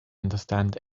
understand